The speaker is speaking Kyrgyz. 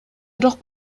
бирок